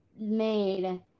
made